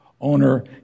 owner